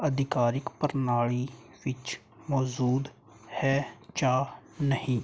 ਅਧਿਕਾਰਿਕ ਪ੍ਰਣਾਲੀ ਵਿੱਚ ਮੌਜੂਦ ਹੈ ਜਾਂ ਨਹੀਂ